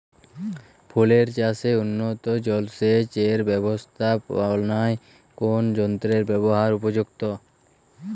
ফুলের চাষে উন্নত জলসেচ এর ব্যাবস্থাপনায় কোন যন্ত্রের ব্যবহার উপযুক্ত?